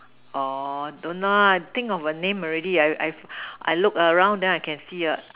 orh don't know ah I think of a name already ah I I look around then I can see what